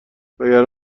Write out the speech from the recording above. وگرنه